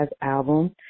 album